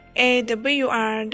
awr